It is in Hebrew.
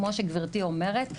כמו שגברתי אומרת,